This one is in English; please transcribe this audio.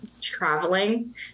Traveling